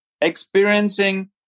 experiencing